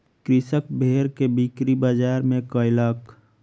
कृषक भेड़ के बिक्री बजार में कयलक